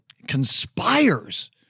Conspires